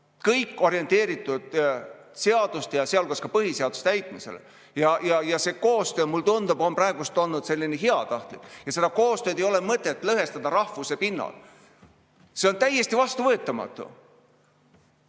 kõik orienteeritud seaduste ja sealhulgas ka põhiseaduse täitmisele. Ja see koostöö, mulle tundub, on praegu olnud selline heatahtlik ja seda koostööd ei ole mõtet lõhestada rahvuse pinnal. See on täiesti vastuvõetamatu! Ja